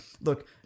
look